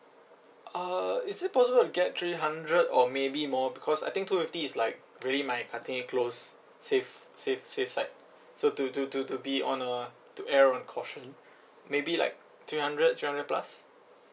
uh is it possible to get three hundred or maybe more because I think two fifty is like really my cutting it close safe safe safe side so to to to to be on uh to err on caution maybe like three hundred three hundred plus